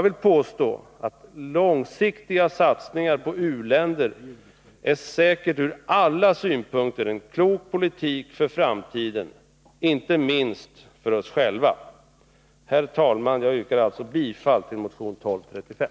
Långsiktiga satsningar på u-länder är säkert ur alla synpunkter en klok politik för framtiden — inte minst för oss själva. Herr talman! Jag yrkar bifall till motion 1235.